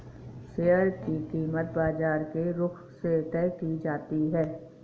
share की कीमत बाजार के रुख से तय की जाती है